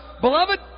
Beloved